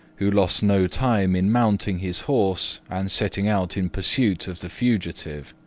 who lost no time in mounting his horse and setting out in pursuit of the fugitive.